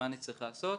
מה אני צריך לעשות.